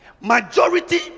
Majority